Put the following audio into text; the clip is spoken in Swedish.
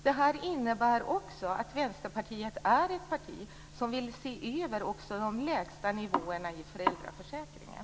Det här innebär också att Vänsterpartiet är ett parti som vill se över också de lägsta nivåerna i föräldraförsäkringen.